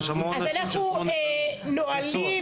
אם יש לך עוד משהו,